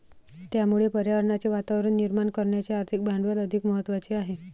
त्यामुळे पर्यावरणाचे वातावरण निर्माण करण्याचे आर्थिक भांडवल अधिक महत्त्वाचे आहे